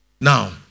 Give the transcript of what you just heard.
Now